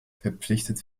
verpflichtet